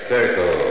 Circle